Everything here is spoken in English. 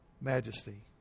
majesty